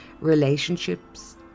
relationships